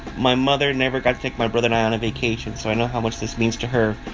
my mother never got to take my brother and i on a vacation, so i know how much this means to her.